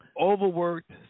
overworked